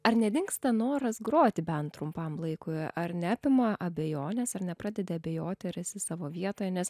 ar nedingsta noras groti bent trumpam laikui ar neapima abejonės ar nepradedi abejoti ar esi savo vietoje nes